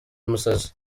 umusazi